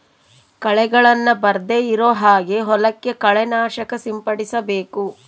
ಕಳೆಗಳನ್ನ ಬರ್ದೆ ಇರೋ ಹಾಗೆ ಹೊಲಕ್ಕೆ ಕಳೆ ನಾಶಕ ಸಿಂಪಡಿಸಬೇಕು